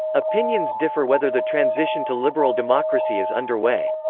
opinions differ whether the transition to liberal democracy is underway.